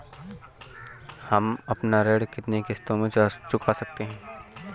हम अपना ऋण कितनी किश्तों में चुका सकते हैं?